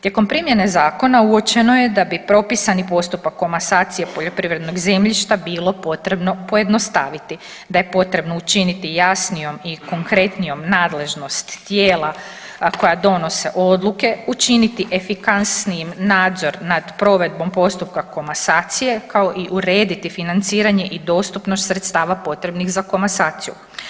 Tijekom primjene zakona uočeno je da bi propisani postupak komasacije poljoprivrednog zemljišta bilo potrebno pojednostaviti, da je potrebno učiniti jasnijom i konkretnijom nadležnost tijela a koje donose odluke, učiniti efikasnijim nadzor nad provedbom postupka komasacije kao i urediti financiranje i dostupnost sredstava potrebnih za komasaciju.